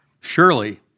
surely